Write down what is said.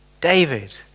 David